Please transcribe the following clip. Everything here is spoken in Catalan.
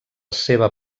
seva